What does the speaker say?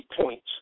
points